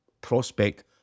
prospect